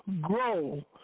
grow